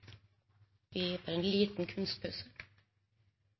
vi har en